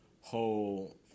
whole